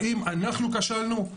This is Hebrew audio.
האם אנחנו כשלנו?